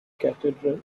cathedral